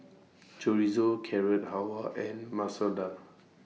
Chorizo Carrot Halwa and Masoor Dal